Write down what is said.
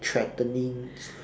threatening